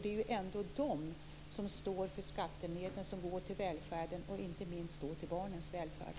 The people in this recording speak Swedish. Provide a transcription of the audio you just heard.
Det är ändå de som står för skattemedlen som går till välfärden - inte minst till barnens välfärd.